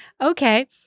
Okay